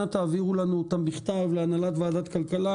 אנא תעבירו לנו אותם בכתב להנהלת ועדת כלכלה,